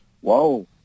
whoa